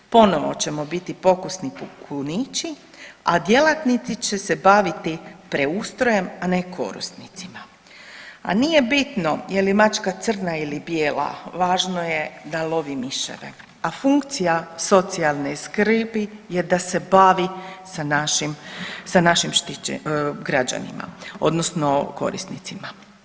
Ponovo ćemo biti pokusni kunići, a djelatnici će se baviti preustrojem, a ne korisnicima, a nije bitno je li mačka crna ili bijela, važno je da lovi miševe, a funkcija socijalne skrbi je da se bavi sa našim, sa našim građanima odnosno korisnicima.